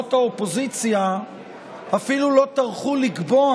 מסיעות האופוזיציה אפילו לא טרחו לקבוע